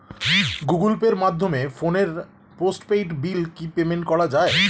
Google পের মাধ্যমে ফোনের পোষ্টপেইড বিল কি পেমেন্ট করা যায়?